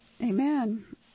Amen